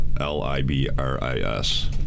L-I-B-R-I-S